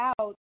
out